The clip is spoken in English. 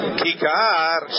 Kikar